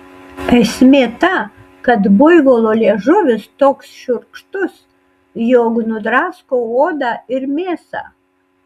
esmė ta kad buivolo liežuvis toks šiurkštus jog nudrasko odą ir mėsą